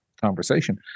conversation